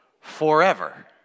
forever